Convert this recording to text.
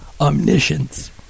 omniscience